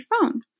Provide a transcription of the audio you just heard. phone